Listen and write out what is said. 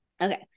Okay